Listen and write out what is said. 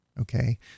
Okay